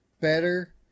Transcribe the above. better